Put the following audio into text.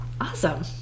awesome